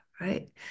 right